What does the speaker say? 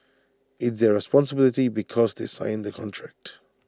it's their responsibility because they sign the contract